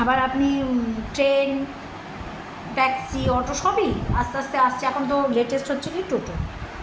আবার আপনি train taxi auto সবই আস্তে আস্তে আসছে এখন তো লেটেস্ট হচ্ছে কি টোটো